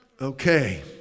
Okay